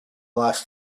last